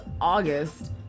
August